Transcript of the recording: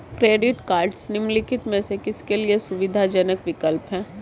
Credit cards निम्नलिखित में से किसके लिए सुविधाजनक विकल्प हैं?